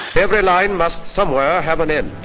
every line must somewhere have an end.